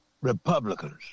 Republicans